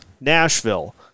Nashville